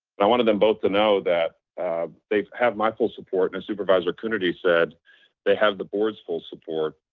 i wanted them both to know that they have my full support and supervisor coonerty said they have the board's full support,